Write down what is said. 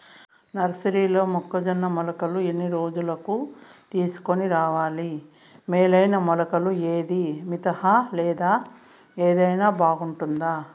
నర్సరీలో మొక్కజొన్న మొలకలు ఎన్ని రోజులకు తీసుకొని రావాలి మేలైన మొలకలు ఏదీ? మితంహ లేదా వేరే ఏదైనా బాగుంటుందా?